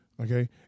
Okay